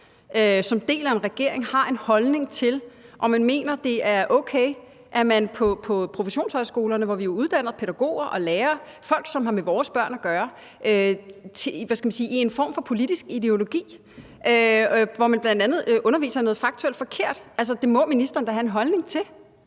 som del af en regering har en holdning til, om det er okay, at man på professionshøjskolerne, hvor vi uddanner pædagoger og lærere – folk, som har med vores børn at gøre – har en form for politisk ideologi, hvor man bl.a. underviser i noget faktuelt forkert. Altså, det må ministeren da have en holdning til.